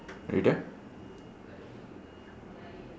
are you there